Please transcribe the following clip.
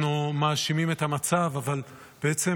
אנחנו מאשימים את המצב, אבל בעצם